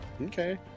Okay